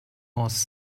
was